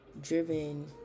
driven